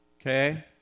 Okay